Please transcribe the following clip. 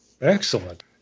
Excellent